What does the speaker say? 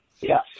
Yes